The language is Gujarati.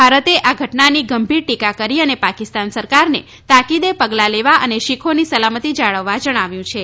ભારતે આ ઘટનાની ગંભીર ટીકા કરી અને પાકિસ્તાન સરકારને તાકીદે પગલાં લેવા અને શીખોની સલામતિ જાળવવા જણાવ્યું હતું